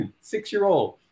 six-year-old